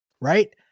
right